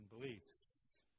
beliefs